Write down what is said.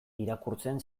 irakurtzen